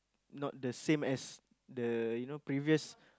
not the same as the you know previous